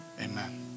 amen